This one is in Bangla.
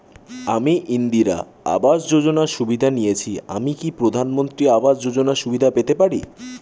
আমি ইন্দিরা আবাস যোজনার সুবিধা নেয়েছি আমি কি প্রধানমন্ত্রী আবাস যোজনা সুবিধা পেতে পারি?